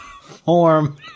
form